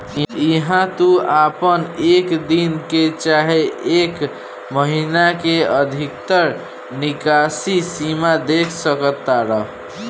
इहा तू आपन एक दिन के चाहे एक महीने के अधिकतर निकासी सीमा देख सकतार